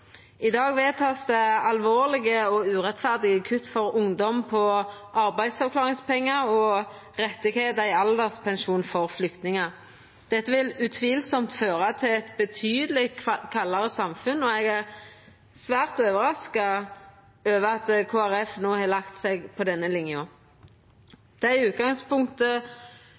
I dag vert det vedteke alvorlege og urettferdige kutt for ungdom på arbeidsavklaringspengar og i retten til alderspensjon for flyktningar. Dette vil utvilsamt føra til eit betydeleg kaldare samfunn, og eg er svært overraska over at Kristeleg Folkeparti no har lagt seg på denne linja. Vidare er det i utgangspunktet